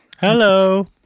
Hello